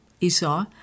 Esau